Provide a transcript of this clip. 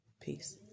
Peace